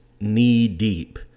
knee-deep